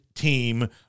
Team